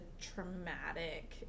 traumatic